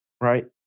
right